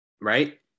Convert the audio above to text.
right